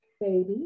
baby